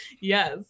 yes